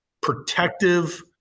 protective